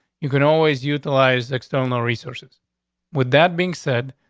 you can always utilize external resource is with that being said,